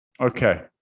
Okay